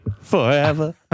forever